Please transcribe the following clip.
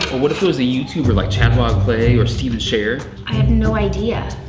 what if it was a youtuber like chat wild clay, or stephen sharer? i have no idea.